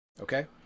Okay